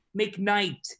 McKnight